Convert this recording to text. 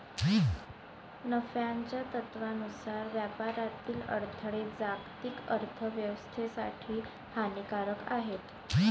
नफ्याच्या तत्त्वानुसार व्यापारातील अडथळे जागतिक अर्थ व्यवस्थेसाठी हानिकारक आहेत